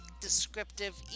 descriptive